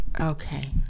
Okay